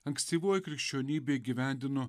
ankstyvoji krikščionybė įgyvendino